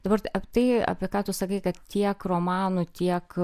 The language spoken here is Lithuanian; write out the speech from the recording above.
dabar apie tai apie ką tu sakai kad tiek romanų tiek